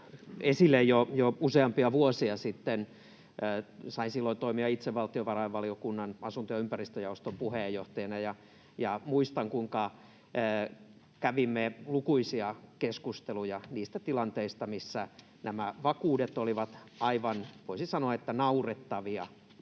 esille jo useampia vuosia sitten. Sain silloin toimia itse valtiovarainvaliokunnan asunto- ja ympäristöjaoston puheenjohtajana ja muistan, kuinka kävimme lukuisia keskusteluja niistä tilanteista, missä nämä vakuudet olivat aivan, voisin sanoa, naurettavia